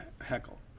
heckle